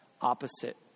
opposite